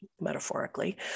metaphorically